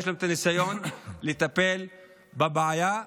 יש להם ניסיון בטיפול בבעיה,